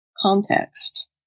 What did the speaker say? contexts